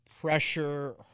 Pressure